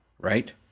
right